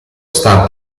stampa